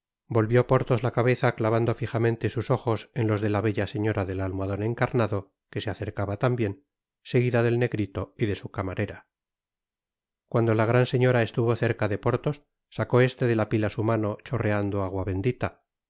volvió porthos la cabeza clavando fijamente sus ojos en los de la bella señora del almohadon encarnado que se acercaba tambien seguida del negrito y de su camarera cuando la gran señora estuvo cerca de porthos sacó este de la pila su mano chorreando agua bendita